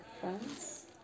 friends